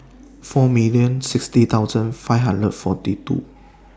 four million sixty thousand five hundred forty two